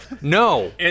No